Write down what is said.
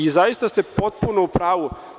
Zaista ste potpuno u pravu.